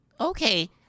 Okay